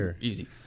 easy